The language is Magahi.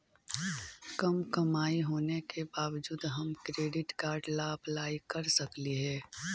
कम कमाई होने के बाबजूद हम क्रेडिट कार्ड ला अप्लाई कर सकली हे?